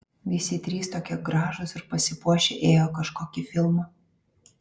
visi trys tokie gražūs ir pasipuošę ėjo į kažkokį filmą